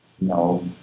no